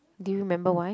do you remember why